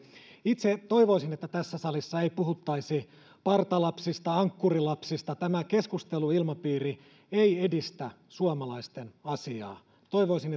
itse toivoisin että tässä salissa ei puhuttaisi partalapsista ankkurilapsista tämä keskusteluilmapiiri ei edistä suomalaisten asiaa toivoisin